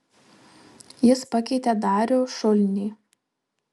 jis pakeitė darių šulnį